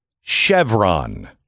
Chevron